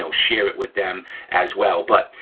so share it with them as well. but,